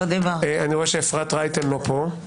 אפרת רייטן - לא פה.